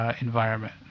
environment